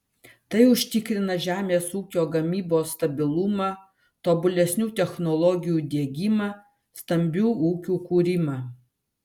tai užtikrina žemės ūkio gamybos stabilumą tobulesnių technologijų diegimą stambių ūkių kūrimą